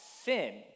sin